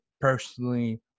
personally